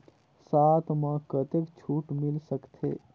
साथ म कतेक छूट मिल सकथे?